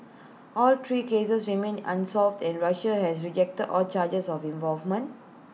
all three cases remain unsolved and Russia has rejected all charges of involvement